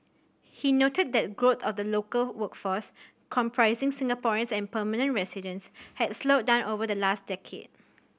he noted that growth of the local workforce comprising Singaporeans and permanent residents had slowed down over the last decade